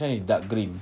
this [one] is dark green